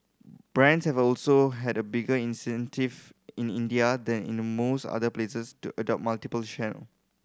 brands have also had a bigger incentive in India than in the most other places to adopt multiple channel